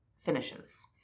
finishes